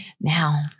Now